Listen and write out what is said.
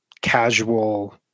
casual